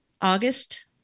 August